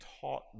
taught